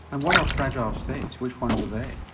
and what are fragile states, which ones are they?